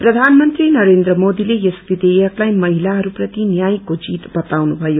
प्रधानमन्त्री नरेन्द्र मोरीले यस विवेयकलाई महिताहस्प्रति न्यायको जीत बताउनुभयो